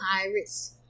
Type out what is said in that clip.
pirates